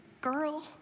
girl